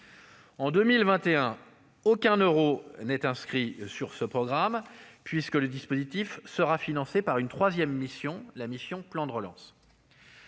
2021, aucun euro n'est inscrit sur ce programme, puisque le dispositif sera financé sur une troisième mission- « Plan de relance